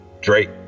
Drake